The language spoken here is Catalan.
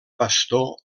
pastor